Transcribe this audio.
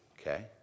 Okay